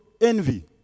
envy